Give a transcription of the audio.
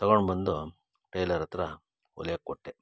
ತೊಗೊಂಡು ಬಂದು ಟೈಲರ್ ಹತ್ತಿರ ಹೊಲ್ಯಕ್ಕೆ ಕೊಟ್ಟೆ